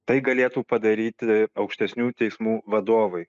tai galėtų padaryti aukštesnių teismų vadovai